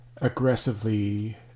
aggressively